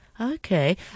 Okay